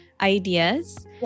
ideas